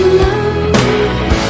love